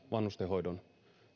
vanhustenhoidon